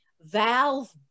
Valve